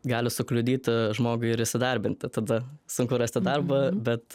gali sukliudyti žmogui ir įsidarbinti tada sunku rasti darbą bet